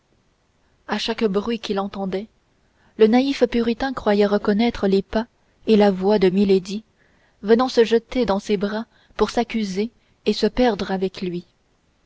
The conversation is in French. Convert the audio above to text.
à chaque bruit qu'il entendait le naïf puritain croyait reconnaître les pas et la voix de milady venant se jeter dans ses bras pour s'accuser et se perdre avec lui